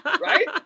Right